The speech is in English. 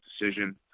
decision